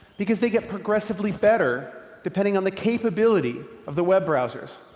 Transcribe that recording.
because they get progressively better depending on the capability of the web browsers,